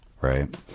right